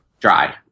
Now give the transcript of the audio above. Dry